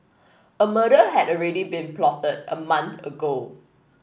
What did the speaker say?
a murder had already been plotted a month ago